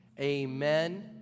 amen